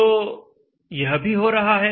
तो यह भी हो रहा है